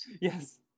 Yes